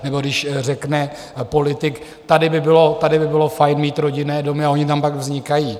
Nebo když řekne politik: tady by bylo fajn mít rodinné domy, a ony tam pak vznikají.